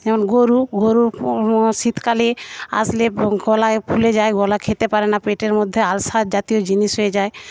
যেমন গরু গরুর শীতকালে আসলে গলায় ফুলে যায় খেতে পারে না পেটের মধ্যে আলসার জাতীয় জিনিস হয়ে যায়